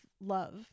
love